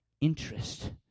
interest